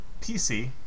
PC